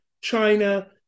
China